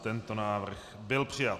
Tento návrh byl přijat.